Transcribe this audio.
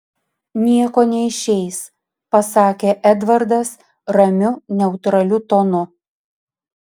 nieko neišeis pasakė edvardas ramiu neutraliu tonu